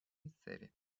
місцеві